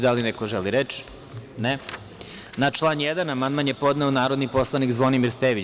Da li neko želi reč? (Ne.) Na član 1. amandman je podneo narodni poslanik Zvonimir Stević.